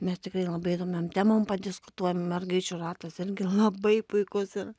nes tikrai labai įdomiom temom padiskutuojam mergaičių ratas irgi labai puikus ir